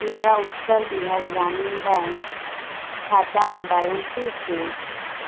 મારા ઉત્તર બિહાર ગ્રામીણ બેંક ખાતાનું બેલેન્સ શું છે